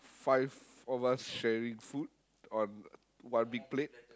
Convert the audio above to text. five of us sharing food on one big plate